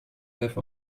have